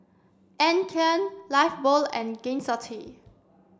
Anne Klein Lifebuoy and Gain City